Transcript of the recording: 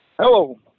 Hello